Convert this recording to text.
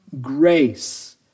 grace